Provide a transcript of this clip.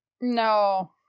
No